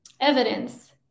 evidence